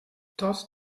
dort